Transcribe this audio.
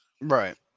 Right